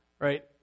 Right